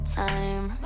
time